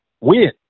Win